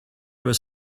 was